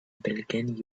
белгән